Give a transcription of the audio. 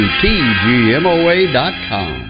tgmoa.com